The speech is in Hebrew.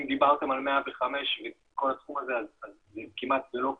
אם דיברתם על 105 וכל התחום הזה אז זה כמעט ולא קורה,